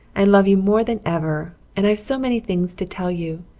i love you more than ever and i've so many things to tell you.